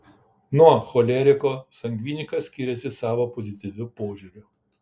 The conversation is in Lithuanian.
nuo choleriko sangvinikas skiriasi savo pozityviu požiūriu